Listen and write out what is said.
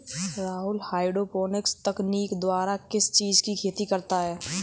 Rahul hydroponics तकनीक द्वारा किस चीज की खेती करता है?